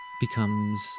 becomes